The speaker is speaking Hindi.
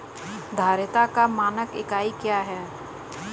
धारिता का मानक इकाई क्या है?